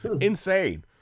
Insane